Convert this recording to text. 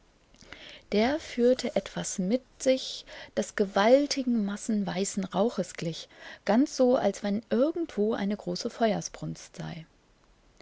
der führte etwas mit sich das gewaltigen massen weißen rauches glich ganz so als wenn irgendwo eine große feuersbrunstsei als